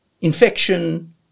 infection